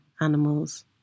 animals